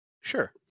Sure